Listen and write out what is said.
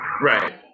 Right